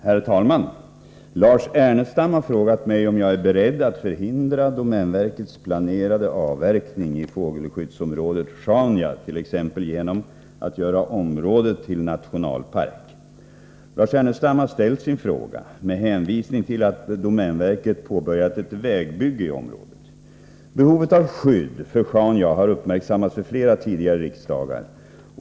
Herr talman! Lars Ernestam har frågat mig om jag är beredd att förhindra domänverkets planerade avverkning i fågelskyddsområdet Sjaunja, t.ex. genom att göra området till nationalpark. Lars Ernestam har ställt sin fråga med hänvisning till att domänverket påbörjat ett vägbygge i området. Behovet av skydd för Sjaunja har uppmärksammats vid flera tidigare riksmöten.